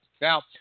Now